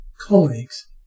colleagues